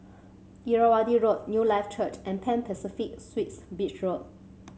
Irrawaddy Road Newlife Church and Pan Pacific Suites Beach Road